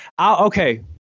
okay